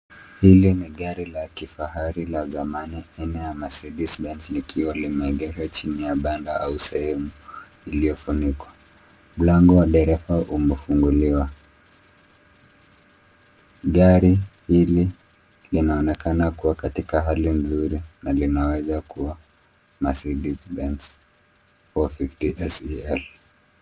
Hili ni gari la kifahari la dhamani aina ya Mercedes Benz likiwa limeegeshwa chini ya panda au sehemu iliyofunikwa. Mlango wa dereva umefunguliwa. Gari hili linaonekana kuwa katika hali nzuri na linaweza kuwa Mercedes Benz 450 SCL .